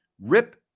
Rip